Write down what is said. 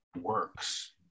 works